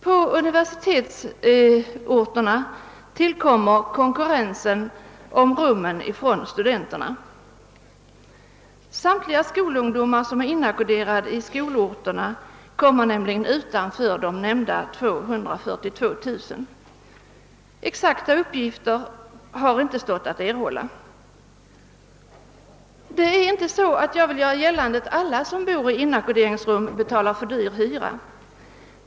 På «universitetsorterna tillkommer konkurrensen om rummen från studenterna. Samtliga de skolungdomar, som är inackorderade på skolorterna, kommer nämligen utanför de 242 000 som jag tidigare angivit. Någon exakt uppgift över antalet sådana skolungdomar har emellertid inte stått att få. Jag vill inte göra gällande att alla som bor i inackorderingsrum betalar för dyr hyra.